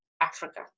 Africa